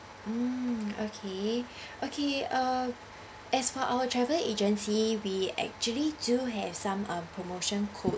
um okay okay uh as for our travel agency we actually do have some um promotion code